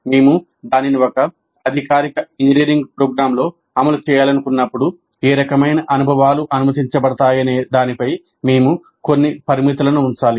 మేము దానిని ఒక అధికారిక ఇంజనీరింగ్ ప్రోగ్రామ్లో అమలు చేయాలనుకున్నప్పుడు ఏ రకమైన అనుభవాలు అనుమతించబడతాయనే దానిపై మేము కొన్ని పరిమితులను ఉంచాలి